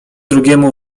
drugiemu